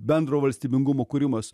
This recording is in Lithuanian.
bendro valstybingumo kūrimas